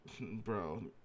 Bro